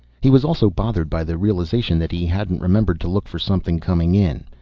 he was also bothered by the realization that he hadn't remembered to look for something coming in.